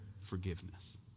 forgiveness